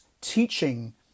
teaching